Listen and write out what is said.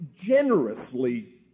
generously